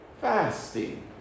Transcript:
fasting